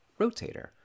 rotator